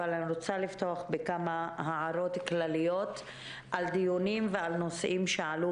אני רוצה לפתוח בכמה הערות כלליות על נושאים שעלו